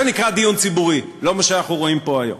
זה נקרא דיון ציבורי, לא מה שאנחנו רואים פה היום.